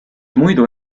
muidu